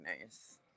nice